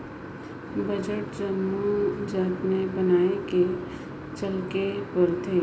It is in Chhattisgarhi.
बजट जम्मो जाएत में बनाए के चलेक परथे